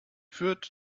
führt